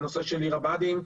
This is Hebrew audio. והנושא של עיר הבה"דים,